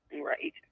Right